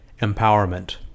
Empowerment